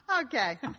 Okay